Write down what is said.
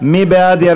מי שבעד.